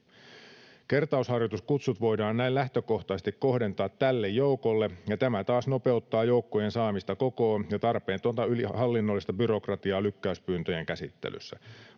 Kertausharjoituskutsut voidaan näin lähtökohtaisesti kohdentaa tälle joukolle, ja tämä taas nopeuttaa joukkojen saamista kokoon ja tarpeetonta hallinnollista byrokratiaa lykkäyspyyntöjen käsittelyssä.